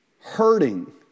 hurting